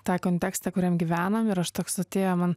tą kontekstą kuriam gyvenam ir aš toks atėjo man